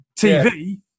TV